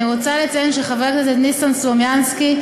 אני רוצה לציין שחבר הכנסת ניסן סלומינסקי,